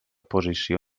posició